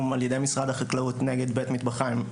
על ידי משרד החקלאות נגד בית מטבחיים,